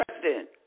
President